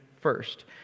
first